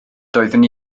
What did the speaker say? doeddwn